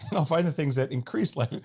i'll find the things that increased life,